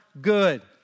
good